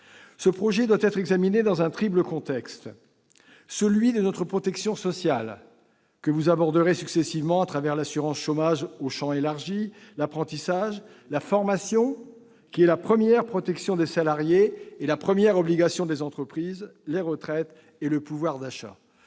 Ce projet doit être examiné dans un triple contexte. Le premier élément de ce contexte est notre protection sociale, que vous aborderez successivement à travers l'assurance chômage au champ élargi, l'apprentissage, la formation, qui est la première protection des salariés et la première obligation des entreprises, les retraites et le pouvoir d'achat.